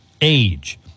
age